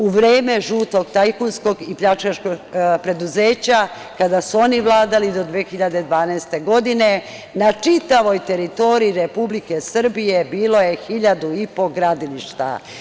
U vreme žutog tajkunskog i pljačkaškog preduzeća, kada su oni vladali do 2012. godine, na čitavoj teritoriji Republike Srbije bilo je 1.500 gradilišta.